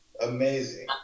amazing